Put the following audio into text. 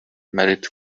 merritt